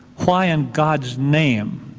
why in god's name